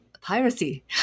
piracy